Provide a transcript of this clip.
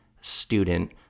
student